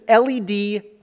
LED